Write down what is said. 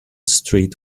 street